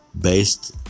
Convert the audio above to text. based